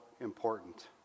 important